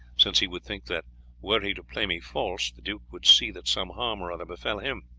since he would think that were he to play me false the duke would see that some harm or other befell him.